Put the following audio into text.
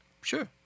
Sure